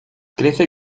crece